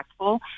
impactful